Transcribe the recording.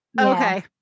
Okay